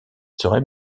serait